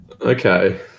Okay